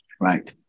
right